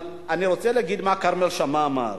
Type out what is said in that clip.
אני רוצה להגיד מה אמר כרמל שאמה.